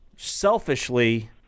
selfishly